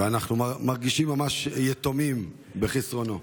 אנחנו מרגישים ממש יתומים בחסרונו,